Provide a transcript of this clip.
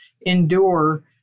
endure